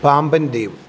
പാമ്പന് ദ്വീപ്